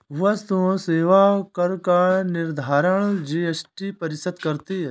वस्तु एवं सेवा कर का निर्धारण जीएसटी परिषद करती है